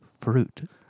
fruit